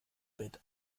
bett